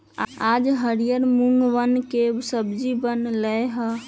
आज हरियर मूँगवन के सब्जी बन लय है